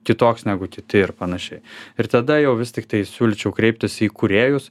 kitoks negu kiti ir panašiai ir tada jau vis tiktai siūlyčiau kreiptis į kūrėjus